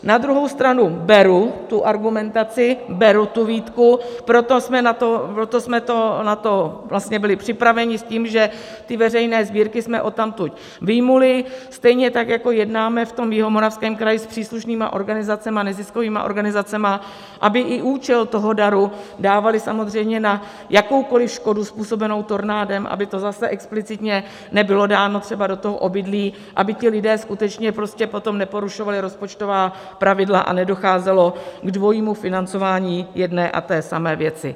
Na druhou stranu beru tu argumentaci, beru tu výtku, proto jsme na to byli připraveni s tím, že veřejné sbírky jsme odtamtud vyjmuli, stejně tak jako jednáme v Jihomoravském kraji s příslušnými organizacemi, neziskovými organizacemi, aby i účel toho daru dávaly samozřejmě na jakoukoli škodu způsobenou tornádem, aby to zase explicitně nebylo dáno třeba do toho obydlí, aby ti lidé skutečně potom neporušovali rozpočtová pravidla a nedocházelo k dvojímu financování jedné a té samé věci.